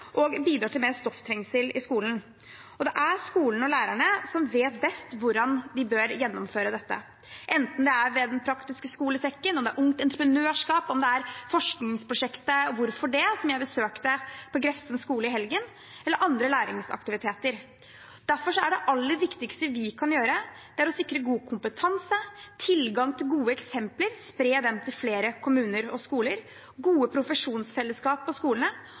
og bidrar til mer stofftrengsel i skolen. Det er skolen og lærerne som vet best hvordan de bør gjennomføre dette, enten det er ved Den praktiske skolesekken, om det er Ungt Entreprenørskap, om det er forskningsprosjektet «Hvorfor det?», som jeg besøkte på Grefsen skole i helgen, eller andre læringsaktiviteter. Derfor er det aller viktigste vi kan gjøre, å sikre god kompetanse, tilgang til gode eksempler og å spre dem til flere kommuner og skoler, gode profesjonsfellesskap på skolene